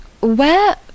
Where